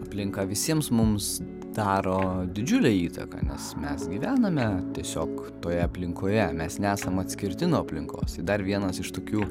aplinka visiems mums daro didžiulę įtaką nes mes gyvename tiesiog toje aplinkoje mes nesam atskirti nuo aplinkos tai dar vienas iš tokių